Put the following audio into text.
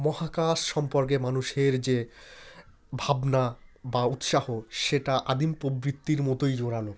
মহাকাশ সম্পর্কে মানুষের যে ভাবনা বা উৎসাহ সেটা আদিম প্রবৃত্তির মতই জোরালো